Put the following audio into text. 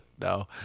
No